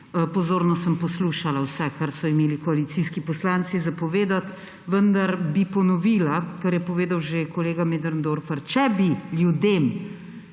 Pozorno sem poslušala vse, kar so imeli koalicijski poslanci za povedati. Vendar bi ponovila, kar je povedal že kolega Möderndorfer. Če bi ljudem,